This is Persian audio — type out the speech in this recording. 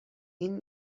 این